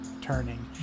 turning